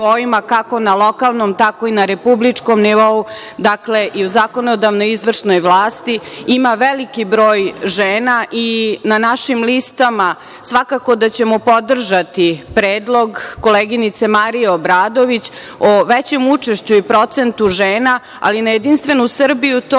kao na lokalnom tako i na republičkom nivou, dakle, i u zakonodavnoj i u izvršnoj vlasti ima veliki broj žena i na našim listama svakako da ćemo podržati predlog koleginice Marije Obradović o većem učešću i procentu žena, ali na JS to